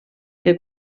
que